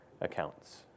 accounts